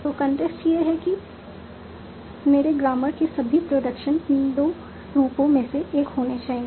तो कंस्ट्रेंट्स यह है कि मेरे ग्रामर के सभी प्रोडक्शन इन 2 रूपों में से एक होने चाहिए